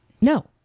no